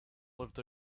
lived